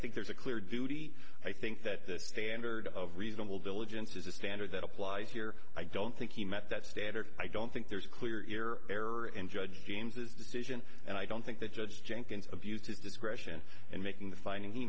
think there's a clear duty i think that the standard of reasonable diligence is a standard that applies here i don't think he met that standard i don't think there's a clear ear or error in judge james this decision and i don't think that judge jenkins abused his discretion in making the finding he